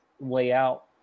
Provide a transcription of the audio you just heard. layout